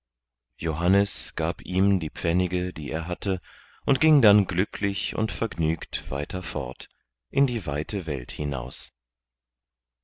johannes gab ihm die pfennige die er hatte und ging dann glücklich und vergnügt weiter fort in die weite welt hinaus